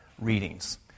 readings